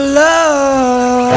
love